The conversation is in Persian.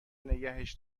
نگهش